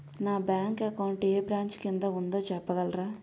నా bank account ఏ branch కిందా ఉందో చెప్పగలరా?